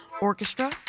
Orchestra